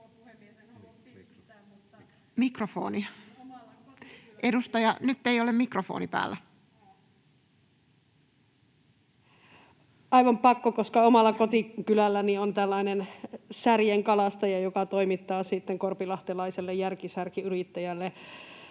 mikrofonin ollessa suljettuna] ...aivan pakko, koska omalla kotikylälläni on tällainen särjenkalastaja, joka toimittaa sitten korpilahtelaiselle Järki Särki ‑yrittäjälle